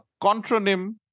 contronym